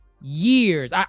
Years